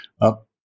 up